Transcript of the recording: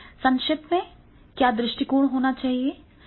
संक्षेप में क्या दृष्टिकोण होना चाहिए